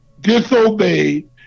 disobeyed